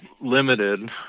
limited